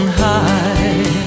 high